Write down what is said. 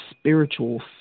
spiritual